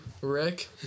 Rick